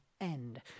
end